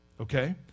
Okay